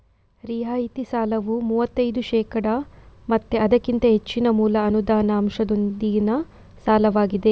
ರಿಯಾಯಿತಿ ಸಾಲವು ಮೂವತ್ತೈದು ಶೇಕಡಾ ಮತ್ತೆ ಅದಕ್ಕಿಂತ ಹೆಚ್ಚಿನ ಮೂಲ ಅನುದಾನ ಅಂಶದೊಂದಿಗಿನ ಸಾಲವಾಗಿದೆ